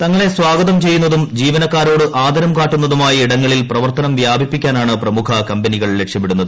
തങ്ങളെ സ്വാഗതം ചെയ്യുന്നതും ജീവനക്കാരോട് ആദരം കാട്ടുന്നതുമായ ഇടങ്ങളിൽ പ്രവർത്തനം വ്യാപിപ്പിക്കാനാണ് പ്രമുഖ കമ്പനികൾ ലക്ഷ്യമിടുന്നത്